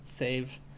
Save